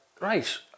right